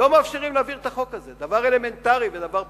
דבר אלמנטרי ודבר פשוט.